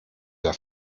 der